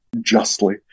justly